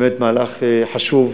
באמת מהלך חשוב.